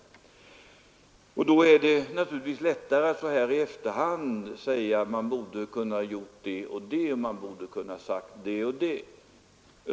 Det är naturligtvis lättare att så här i efterhand säga att man borde ha kunnat göra det och det och sagt det och det.